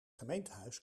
gemeentehuis